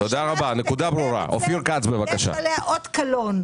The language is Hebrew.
ועל ממשלה שתקדם את זה תהיה אות קלון.